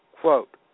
quote